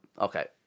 Okay